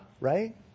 right